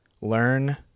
Learn